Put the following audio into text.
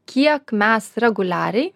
kiek mes reguliariai